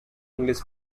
english